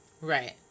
Right